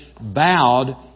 bowed